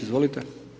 Izvolite.